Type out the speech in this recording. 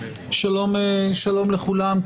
שלום לכולם,